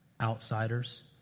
outsiders